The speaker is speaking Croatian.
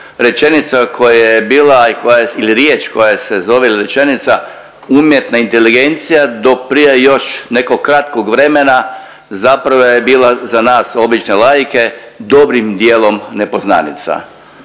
rečenica koja je bila i koja je ili riječ koja se zove ili rečenica umjetna inteligencija do prije još nekog kratkog vremena zapravo je bila za nas obične laike dobrim dijelom nepoznanica,